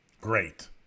Great